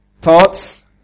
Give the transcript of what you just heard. Thoughts